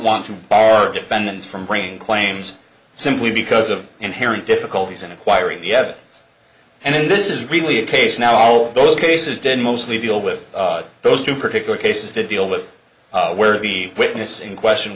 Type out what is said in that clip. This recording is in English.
want to bar defendants from brain claims simply because of and parent difficulties in acquiring yet and this is really a case now all those cases did mostly deal with those two particular cases to deal with where the witness in question